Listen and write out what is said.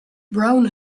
brown